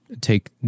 take